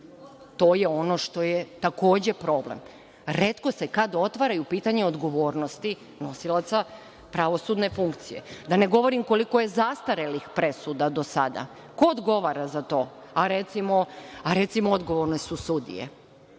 To je ono što je takođe problem. Retko se kada otvaraju pitanja odgovornosti nosilaca pravosudne funkcije, da ne govorim koliko je zastarelih presuda do sada. Ko odgovara za to, a recimo, odgovorne su sudije.